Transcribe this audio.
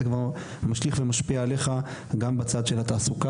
זה כבר משליך ומשפיע עליך גם בצד של התעסוקה